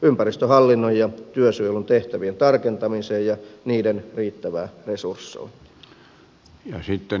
ympäristöhallinnon ja työsuojelun tehtävien tarkentamiseen ja niiden riittävään resursointiin